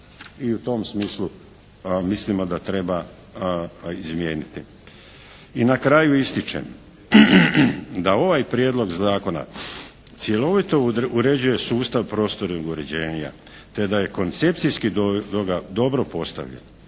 i u tom smislu mislimo da treba izmijeniti. I na kraju ističem, da ovaj prijedlog zakona cjelovito uređuje sustav prostornog uređenja te da je koncepcijski dobro postavljen.